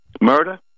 Murder